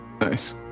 Nice